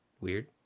weird